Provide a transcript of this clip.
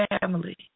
family